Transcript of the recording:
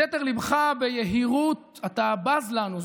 בסתר ליבך, ביהירות אתה בז לנו.